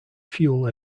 fuel